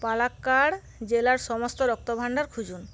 পালাক্কাড় জেলার সমস্ত রক্তভাণ্ডার খুঁজুন